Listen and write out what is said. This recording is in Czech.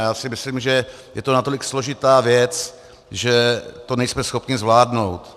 Já si myslím, že je to natolik složitá věc, že to nejsme schopni zvládnout.